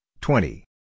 twenty